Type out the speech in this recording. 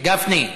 גפני,